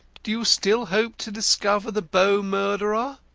do you still hope to discover the bow murderer?